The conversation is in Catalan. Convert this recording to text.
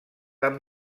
amb